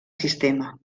sistema